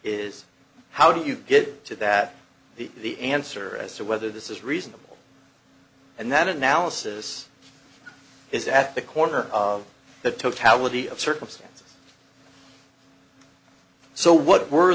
is how do you get to that the the answer as to whether this is reasonable and that analysis is at the corner of the totality of circumstances so what were